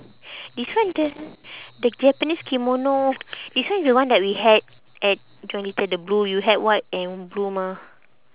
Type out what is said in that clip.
this one the the japanese kimono this one is the one that we had at john little the blue you had white and blue mah